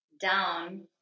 down